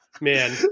Man